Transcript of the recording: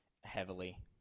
heavily